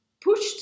pushed